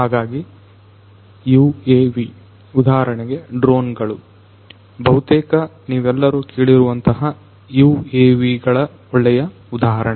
ಹಾಗಾಗಿ UAV ಉದಾಹರಣೆಗೆ drone ಗಳು ಬಹುತೇಕ ನೀವೆಲ್ಲರೂ ಕೇಳಿರುವಂತಹ UAV ಗಳ ಒಳ್ಳೆಯ ಉದಾಹರಣೆ